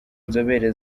nzobere